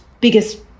biggest